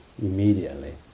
immediately